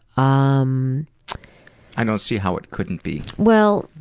um i don't see how it couldn't be. well,